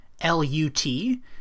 L-U-T